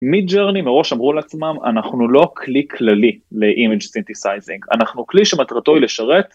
mid journey מראש אמרו לעצמם - אנחנו לא כלי כללי ל-image synthesizing, אנחנו כלי שמטרתו היא לשרת